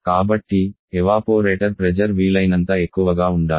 కాబట్టి evaporator pressure వీలైనంత ఎక్కువగా ఉండాలి